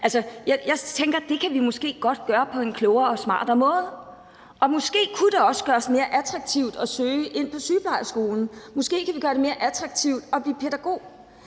Jeg tænker, at det kan vi måske godt gøre på en klogere og smartere måde. Måske kunne det også gøres mere attraktivt at søge ind på sygeplejeskolen, og måske kan vi gøre det mere attraktivt at blive pædagog.